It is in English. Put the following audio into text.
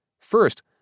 First